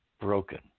broken